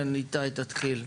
איתי, תתחיל.